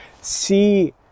see